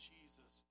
Jesus